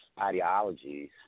ideologies